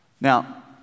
Now